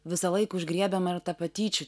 visą laik užgriebiama ir ta patyčių